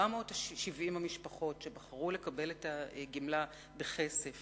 470 המשפחות שבחרו לקבל את הגמלה בכסף